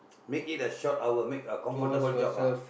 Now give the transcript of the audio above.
make it a short hour make a comfortable job ah